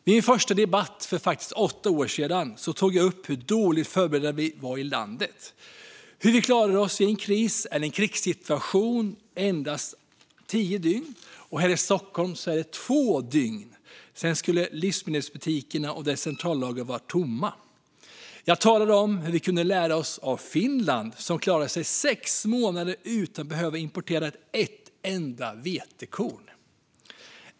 I min första debatt här för åtta år sedan tog jag upp hur dåligt förberedda vi var i landet, hur vi i en kris eller krigssituation endast skulle klara oss tio dygn. Här i Stockholm är det två dygn; sedan skulle livsmedelsbutikerna och deras centrallager vara tomma. Jag talade om hur vi kunde lära oss av Finland, som klarar sig sex månader utan att behöva importera ett enda vetekorn.